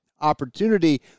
opportunity